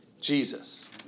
Jesus